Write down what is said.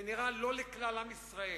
זה נראה לא לכלל עם ישראל.